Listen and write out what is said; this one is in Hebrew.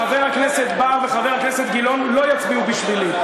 חבר הכנסת בר וחבר הכנסת גילאון לא יצביעו בשבילי,